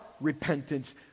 repentance